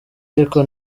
ariko